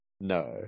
No